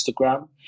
instagram